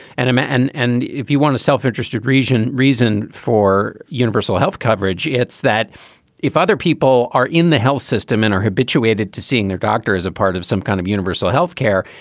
and um and and if you want a self-interested reason, reason for universal health coverage, it's that if other people are in the health system and are habituated to seeing their doctor as a part of some kind of universal health care,